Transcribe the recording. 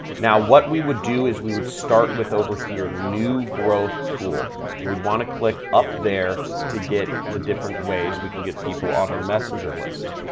now, what we would do is we would start with over here new growth tool and we'd want to click up there to get the different ways we can get people on our messenger list.